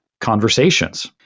conversations